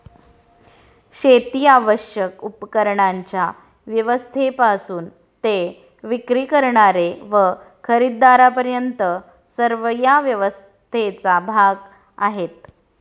शेतीस आवश्यक उपकरणांच्या व्यवस्थेपासून ते विक्री करणारे व खरेदीदारांपर्यंत सर्व या व्यवस्थेचा भाग आहेत